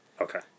Okay